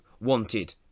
wanted